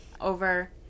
over